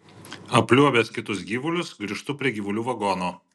apliuobęs kitus gyvulius grįžtu prie gyvulių vagono